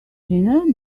dinner